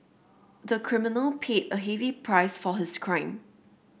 the criminal paid a heavy price for his crime